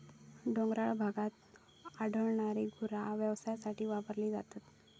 डोंगराळ भागात आढळणारी गुरा व्यवसायासाठी पाळली जातात